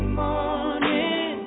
morning